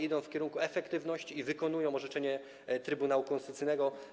Idą one w kierunku efektywności i wykonują orzeczenie Trybunału Konstytucyjnego.